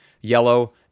yellow